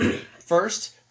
first